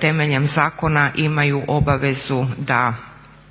temeljem zakona imaju obavezu da